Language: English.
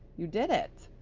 you did it!